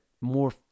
more